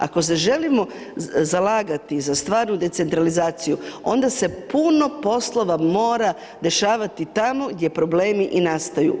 Ako se želimo zalagati za stvarnu decentralizaciju, onda se puno poslova mora dešavati tamo gdje i problemi nastaju.